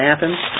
Athens